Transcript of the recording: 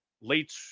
late